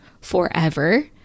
forever